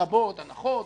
לרבות הנחות ופטורים,